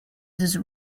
this